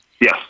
Yes